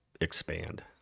expand